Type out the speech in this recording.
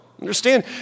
Understand